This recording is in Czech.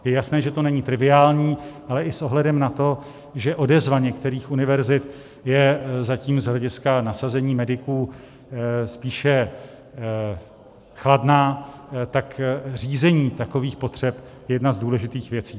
Je jasné, že to není triviální, ale i s ohledem na to, že odezva některých univerzit je zatím z hlediska nasazení mediků spíše chladná, tak řízení takových potřeb je jedna z důležitých věcí.